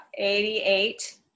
88